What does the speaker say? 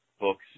books